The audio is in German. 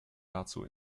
dazu